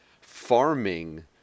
Farming